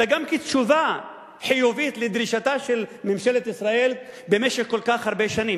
אלא גם כתשובה חיובית לדרישתה של ממשלת ישראל במשך כל כך הרבה שנים,